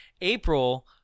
April